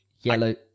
Yellow